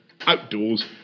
outdoors